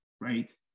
right